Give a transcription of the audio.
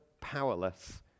powerless